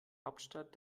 hauptstadt